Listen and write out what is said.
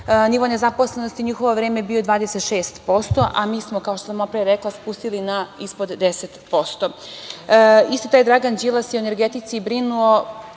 Nivo nezaposlenosti u njihovo vreme je bio 26%, a mi smo, kao što sam malopre rekla, spustili na ispod 10%.Isti taj Dragan Đilas je o energetici brinuo,